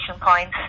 points